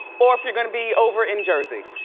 or if you're gonna be over in jersey.